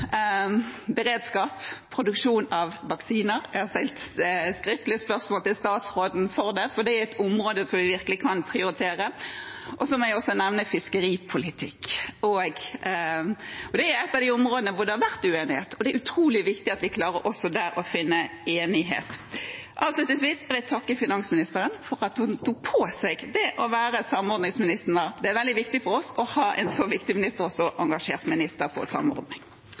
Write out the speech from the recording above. beredskap, produksjon av vaksiner. Jeg har sendt skriftlig spørsmål til statsråden om det, for det er et område som vi virkelig kan prioritere. Jeg må også nevne fiskeripolitikk. Det er et av de områdene hvor det har vært uenighet, og det er utrolig viktig at vi også der klarer å finne enighet. Avslutningsvis vil jeg takke finansministeren for at han tok på seg det å være samarbeidsminister. Det er veldig viktig for oss å ha en så viktig og engasjert minister på samordning.